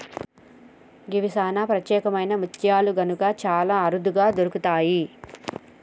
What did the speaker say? గివి సానా ప్రత్యేకమైన ముత్యాలు కనుక చాలా అరుదుగా దొరుకుతయి